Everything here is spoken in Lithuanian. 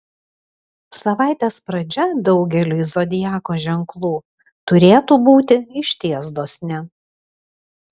savaitės pradžia daugeliui zodiako ženklų turėtų būti išties dosni